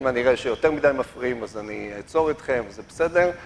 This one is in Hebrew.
אם אני רואה שיותר מדי מפריעים אז אני אעצור אתכם, זה בסדר?